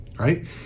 right